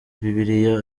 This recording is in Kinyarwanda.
bibiliya